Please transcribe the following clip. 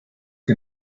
que